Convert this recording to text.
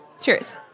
Cheers